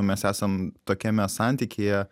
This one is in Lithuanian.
mes esam tokiame santykyje